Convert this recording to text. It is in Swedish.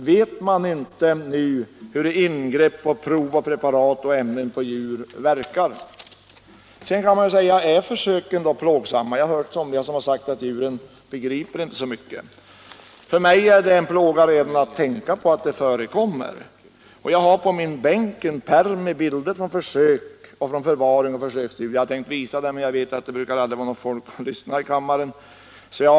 Vet man inte nu hur ingrepp och prov av preparat och ämnen på djur verkar? Är då dessa djurförsök plågsamma? Jag har hört somliga säga att djuren inte begriper eller känner så mycket. För mig är det redan en plåga att tänka på att djurförsök förekommer. Jag har på min bänk en pärm med bilder från förvaring av och försök med djur som jag hade tänkt visa kammarens ledamöter. Nu vet jag att det inte brukar vara så många som lyssnar, och därför avstår jag.